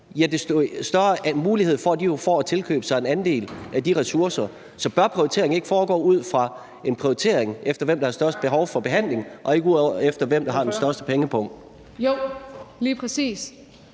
det, desto større mulighed får de jo for at tilkøbe sig en andel af de ressourcer. Så bør prioriteringerne ikke foregå ud fra, hvem der har størst behov for behandling, og ikke ud fra, hvem der har den største pengepung? Kl.